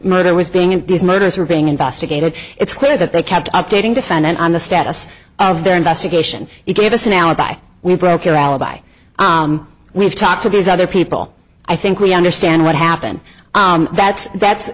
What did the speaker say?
murder was being in these murders are being investigated it's clear that they kept updating defendant on the status of the investigation it gave us an hour by we broke it alibi we've talked to these other people i think we understand what happened that's that's